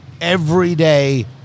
everyday